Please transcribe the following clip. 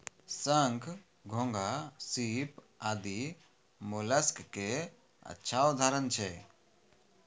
शंख, घोंघा, सीप आदि मोलस्क के अच्छा उदाहरण छै